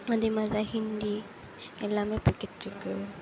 அதே மாதிரிதான் ஹிந்தி எல்லாமே போய்கிட்டு இருக்குது